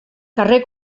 carrer